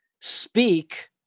speak